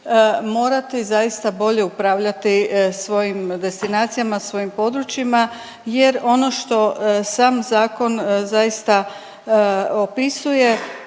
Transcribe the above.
morati zaista bolje upravljati svojim destinacijama, sa svojim područjima jer ono što sam zakon zaista opisuje